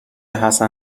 حسن